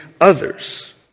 others